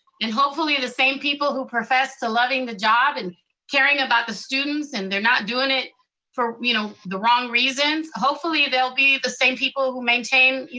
and hopefully the same people who professed to loving the job and caring about the students, and they're not doing it for you know the wrong reasons, hopefully they'll be the same people who maintain,